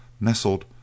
nestled